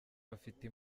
bafite